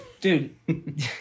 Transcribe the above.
Dude